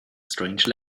strange